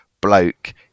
bloke